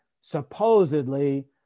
supposedly